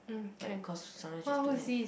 like cause someone just don't have